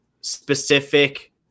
specific